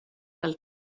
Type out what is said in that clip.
del